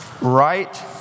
right